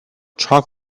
chocolate